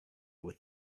with